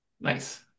Nice